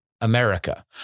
America